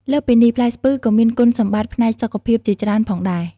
លើសពីនេះ ផ្លែស្ពឺក៏មានគុណសម្បត្តិផ្នែកសុខភាពជាច្រើនផងដែរ។